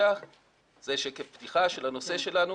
זה שקף פתיחה של הנושא שלנו.